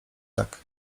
tak